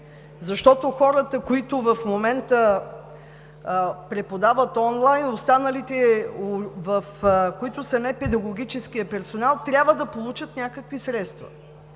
защото хората, които в момента преподават онлайн, останалите, които са непедагогическият персонал, трябва да получат някакви средства.